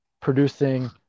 producing